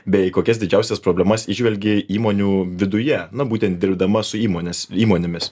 bei kokias didžiausias problemas įžvelgi įmonių viduje na būtent dirbdama su įmonės įmonėmis